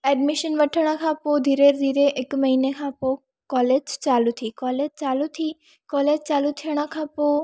admission वठण खां पोइ धीरे धीरे हिक महीने खां पोइ कॉलेज चालू थी कॉलेज चालू थी कॉलेज चालू थियण खां पोइ